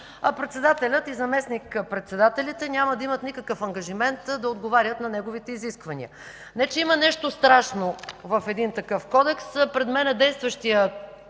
председателят и заместник-председателите няма да имат никакъв ангажимент да отговарят на неговите изисквания, не че има нещо страшно в един такъв Кодекс. Пред мен е действащият